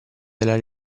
della